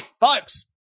folks